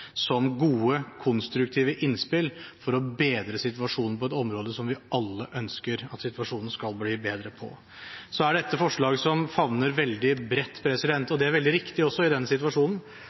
som gode konstruktive innspill for å bedre situasjonen på et område hvor vi alle ønsker at situasjonen skal bli bedre. Dette er forslag som favner veldig bredt, og det er veldig riktig også i den situasjonen.